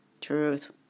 Truth